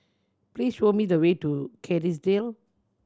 please show me the way to Kerrisdale